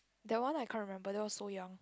that one I can't remember that was so young